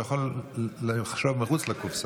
הוא יכול לחשוב מחוץ לקופסה.